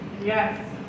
Yes